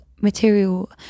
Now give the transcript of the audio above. material